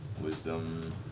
wisdom